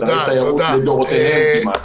שרי התיירות לדורותיהם כמעט,